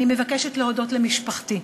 אני מבקשת להודות למשפחתי,